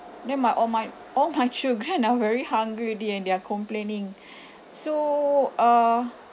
then my all my all my children are very hungry already and they're complaining so uh